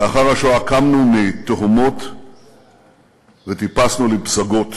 לאחר השואה קמנו מתהומות וטיפסנו לפסגות.